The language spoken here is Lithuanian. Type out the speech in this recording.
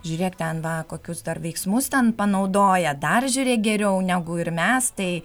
žiūrėk ten va kokius veiksmus ten panaudoja dar žiūrėk geriau negu ir mes tai